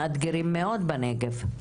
מאתגרים מאוד בנגב,